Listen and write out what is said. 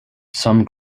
some